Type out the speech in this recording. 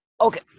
okay